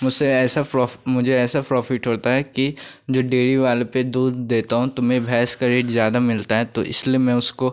मुझे ऐसा प्रो मुझे ऐसा प्रॉफिट होता है कि जो डेरी वाले पर दूध देता हूँ तो मेरी भैंस का रेट ज़्यादा मिलता है तो इसलिए मैं उसको